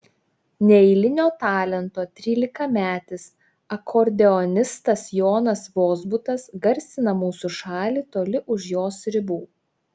neeilinio talento trylikametis akordeonistas jonas vozbutas garsina mūsų šalį toli už jos ribų